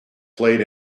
played